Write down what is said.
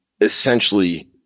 essentially